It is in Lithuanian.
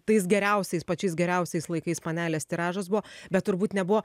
tais geriausiais pačiais geriausiais laikais panelės tiražas buvo bet turbūt nebuvo